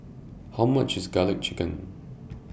How much IS Garlic Chicken